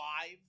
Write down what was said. five